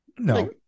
No